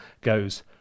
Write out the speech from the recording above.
goes